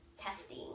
testing